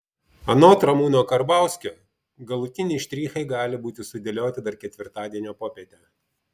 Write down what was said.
anot ramūno karbauskio galutiniai štrichai gali būti sudėlioti dar ketvirtadienio popietę